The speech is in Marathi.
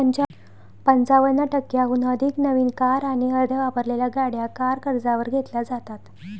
पंचावन्न टक्क्यांहून अधिक नवीन कार आणि अर्ध्या वापरलेल्या गाड्या कार कर्जावर घेतल्या जातात